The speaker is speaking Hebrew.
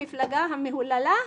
המפלגה המהוללה,